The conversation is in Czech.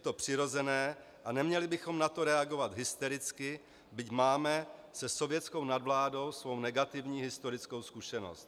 Je to přirozené a neměli bychom na to reagovat hystericky, byť máme se sovětskou nadvládou svou negativní historickou zkušenost.